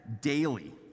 daily